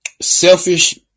selfish